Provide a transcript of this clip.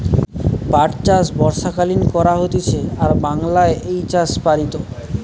পাট চাষ বর্ষাকালীন করা হতিছে আর বাংলায় এই চাষ প্সারিত